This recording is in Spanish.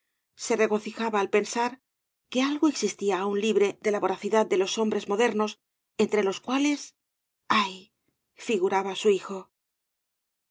se regocijaba al pensar que algo existía aún libre de la voracldad de los hombres modernos entre los cuales ayl figuraba su hijo iii